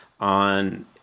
on